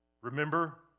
remember